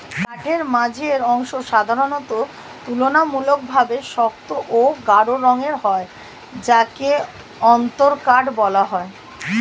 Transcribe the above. কাঠের মাঝের অংশ সাধারণত তুলনামূলকভাবে শক্ত ও গাঢ় রঙের হয় যাকে অন্তরকাঠ বলা হয়